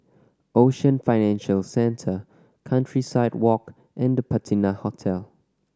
Ocean Financial Centre Countryside Walk and The Patina Hotel